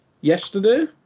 yesterday